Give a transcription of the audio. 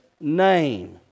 name